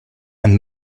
and